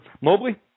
Mobley